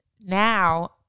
now